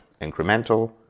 incremental